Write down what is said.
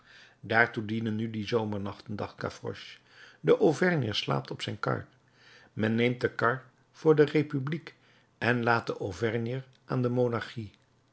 daartoe dienen nu de zomernachten dacht gavroche de auvergner slaapt op zijn kar men neemt de kar voor de republiek en laat den auvergner aan de monarchie